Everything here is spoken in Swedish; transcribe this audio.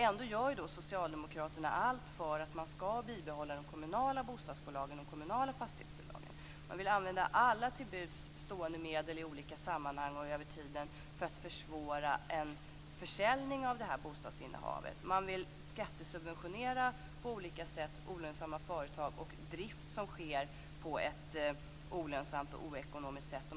Ändå gör Socialdemokraterna allt för att bibehålla de kommunala bostadsbolagen och de kommunala fastighetsbolagen. Man vill använda alla till buds stående medel i olika sammanhang och över tiden för att försvåra en försäljning av detta bostadsinnehav. Man vill på olika sätt skattesubventionera olönsamma företag och drift som sker på ett olönsamt och oekonomiskt sätt.